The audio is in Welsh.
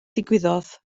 ddigwyddodd